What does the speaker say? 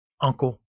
uncle